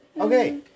Okay